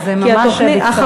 אז ממש בקצרה.